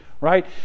right